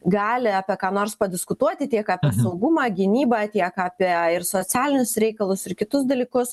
gali apie ką nors padiskutuoti tiek apie saugumą gynybą tiek apie ir socialinius reikalus ir kitus dalykus